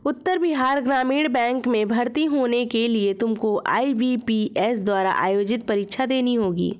उत्तर Bihar Gramin bank में भर्ती होने के लिए तुमको आई.बी.पी.एस द्वारा आयोजित परीक्षा देनी होगी